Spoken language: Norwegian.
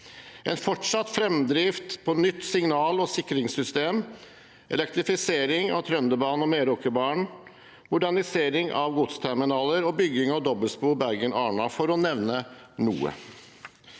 en fortsatt framdrift på nytt signal- og sikringssystem, elektrifisering av Trønderbanen og Meråkerbanen, modernisering av godsterminaler og bygging av dobbeltspor Bergen–Arna, for å nevne noe.